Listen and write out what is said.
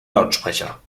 lautsprecher